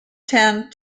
tend